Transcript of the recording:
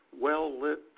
well-lit